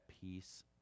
peace